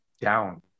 down